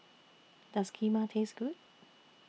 Does Kheema Taste Good